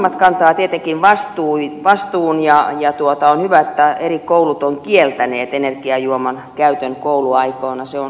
vanhemmat kantavat tietenkin vastuun ja on hyvä että eräät koulut ovat kieltäneet energiajuoman käytön kouluaikoina